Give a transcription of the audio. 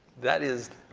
that is